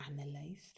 analyzed